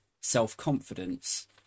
self-confidence